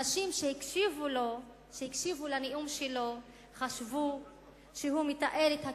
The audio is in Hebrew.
אנשים שהקשיבו לנאום שלו חשבו שהוא מתאר את הכיבוש,